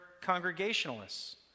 congregationalists